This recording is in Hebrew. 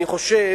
אני חושב,